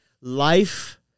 Life